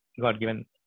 God-given